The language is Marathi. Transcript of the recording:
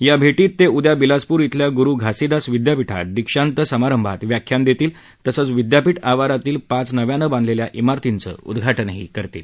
या भेटीत ते उद्या बिलासपूर इथल्या गुरु घासीदास विद्यापीठात दींक्षात समारंभात व्याख्यान देतील तसंच विद्यापीठ आवारातील पाच नव्यानं बांधलेल्या इमारतींचं उद्घाटनही राष्ट्रपती करतील